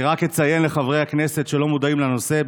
אני רק אציין לחברי הכנסת שלא מודעים לנושא: